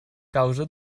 causa